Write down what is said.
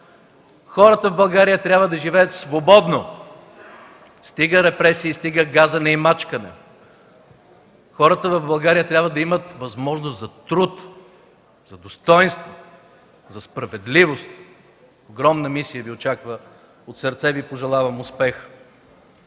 Хората в България трябва да живеят свободно. Стига репресии, стига мачкане и газене! Хората в България трябва да имат възможност за труд, за достойнство, за справедливост. Очаква Ви огромна мисия. От сърце Ви пожелавам успех!